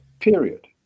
period